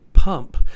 pump